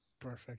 Perfect